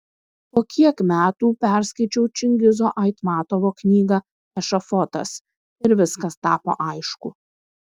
po kiek metų perskaičiau čingizo aitmatovo knygą ešafotas ir viskas tapo aišku